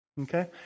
Okay